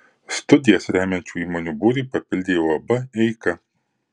studijas remiančių įmonių būrį papildė uab eika